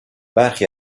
برخی